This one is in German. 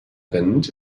rind